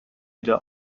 wieder